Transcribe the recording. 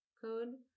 code